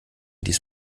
dies